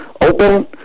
Open